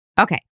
Okay